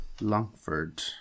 Longford